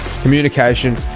communication